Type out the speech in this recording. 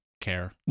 care